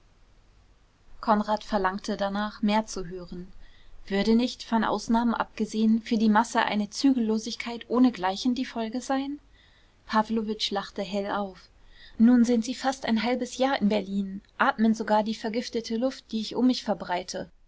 konrad verlangte danach mehr zu hören würde nicht von ausnahmen abgesehen für die masse eine zügellosigkeit ohnegleichen die folge sein pawlowitsch lachte hell auf nun sind sie fast ein halbes jahr in berlin atmen sogar die vergiftete luft die ich um mich verbreite